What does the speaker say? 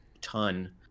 ton